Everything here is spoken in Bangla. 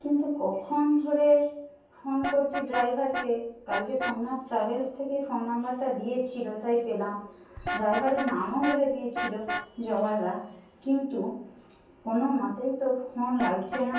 কিন্তু কখন ধরে ফোন করছি ড্রাইভারকে কালকে সোমনাথ ট্রাভেলস থেকেই ফোন নম্বরটা দিয়েছিলো তাই পেলাম ড্রাইভারের নামও বলে দিয়েছিলো জগাদা কিন্তু কোনোমতেই তো ফোন লাগছে না